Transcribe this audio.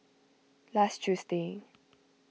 last Tuesday